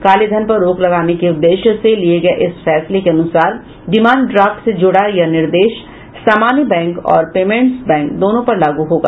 कालेधन पर रोक लगाने के उद्देश्य से लिये गये इस फैसले के अनुसार डिमांड ड्राफ्ट से जुड़ा यह निर्देश सामान्य बैंक और पेमेंट्स बैंक दोनों पर लागू होगा